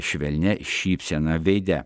švelnia šypsena veide